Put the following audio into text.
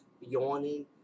yawning